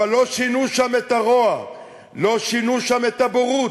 אבל לא שינו שם את הרוע, לא שינו שם את הבורות,